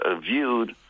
viewed